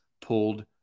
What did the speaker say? pulled